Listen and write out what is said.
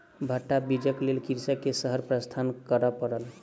भट्टा बीजक लेल कृषक के शहर प्रस्थान करअ पड़ल